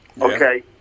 Okay